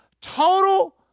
total